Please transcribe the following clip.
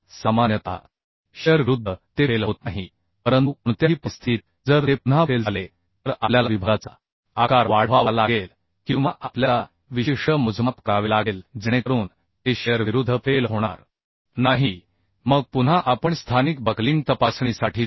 सामान्यतः शिअर विरुद्ध ते फेल होत नाही परंतु कोणत्याही परिस्थितीत जर ते पुन्हा फेल झाले तर आपल्याला विभागाचा आकार वाढवावा लागेल किंवा आपल्याला विशिष्ट मोजमाप करावे लागेल जेणेकरून ते शिअर विरुद्ध फेल होणार नाही मग पुन्हा आपण स्थानिक बकलिंग तपासणीसाठी जाऊ